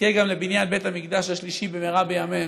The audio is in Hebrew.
נזכה גם לבניין בית המקדש השלישי במהרה בימינו,